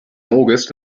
august